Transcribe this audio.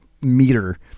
Meter